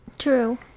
True